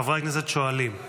חברי הכנסת שואלים.